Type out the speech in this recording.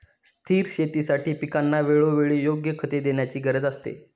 स्थिर शेतीसाठी पिकांना वेळोवेळी योग्य खते देण्याची गरज असते